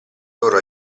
loro